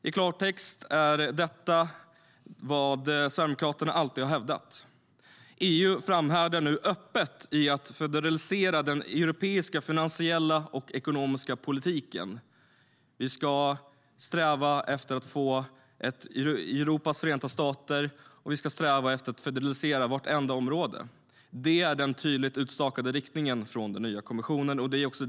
I klartext är detta vad Sverigedemokraterna alltid har hävdat: EU framhärdar nu öppet i att federalisera den europeiska finansiella och ekonomiska politiken. Det handlar om att få ett Europas förenta stater och om strävan efter att federalisera vartenda område. Det är den tydligt utstakade riktningen från den nya kommissionen.